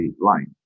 line